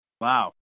Wow